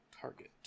target